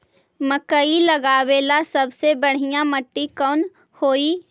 मकई लगावेला सबसे बढ़िया मिट्टी कौन हैइ?